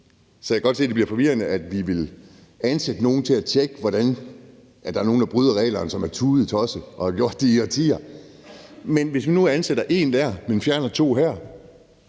Så jeg kan godt se, at det bliver forvirrende, at vi vil ansætte nogle til at tjekke, hvordan der er nogle, der bryder reglerne, som er tudetossede, og har gjort det i årtier. Men hvis vi nu ansætter en der og fjerner to her,